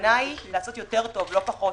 הכוונה היא לעשות טוב יותר לא פחות.